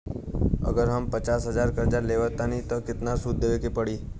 अगर हम पचास हज़ार कर्जा लेवत बानी त केतना सूद देवे के पड़ी?